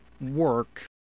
work